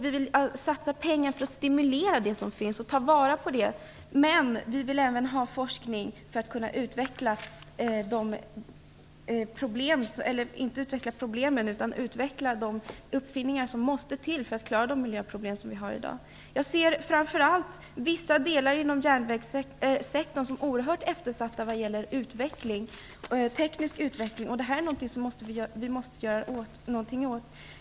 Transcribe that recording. Vi vill satsa pengar för att stimulera det som finns och ta vara på det. Men vi vill även ha forskning för att kunna utveckla de uppfinningar som måste till för att lösa de miljöproblem som vi har i dag. Jag anser framför allt att vissa delar av järnvägssektorn är oerhört eftersatta när det gäller teknisk utveckling. Det är något som vi måste göra någonting åt.